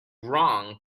wrong